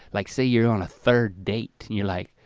like say you're on a third date, you're like,